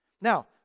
Now